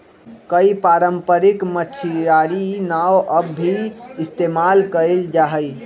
कई पारम्परिक मछियारी नाव अब भी इस्तेमाल कइल जाहई